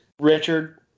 Richard